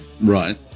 Right